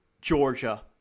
Georgia